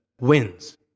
wins